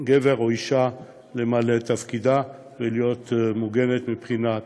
לגבר או אישה למלא את תפקידם ולהיות מוגנים מבחינת